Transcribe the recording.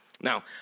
Now